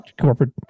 Corporate